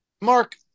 Mark